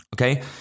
Okay